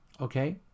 okay